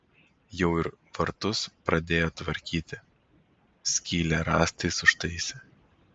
jau ir vartus pradėjo tvarkyti skylę rąstais užtaisė